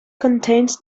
contains